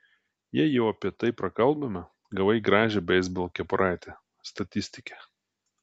jei jau apie tai prakalbome gavai gražią beisbolo kepuraitę statistike